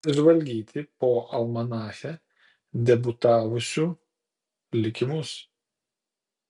pasižvalgyti po almanache debiutavusių likimus